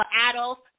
adults